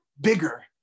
bigger